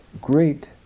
great